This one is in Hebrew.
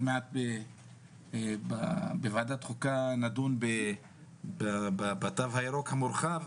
מעט בוועדת חוקה נדון בתו הירוק המורחב,